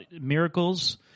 miracles